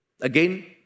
Again